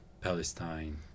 Palestine